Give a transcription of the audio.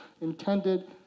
intended